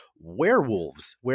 werewolves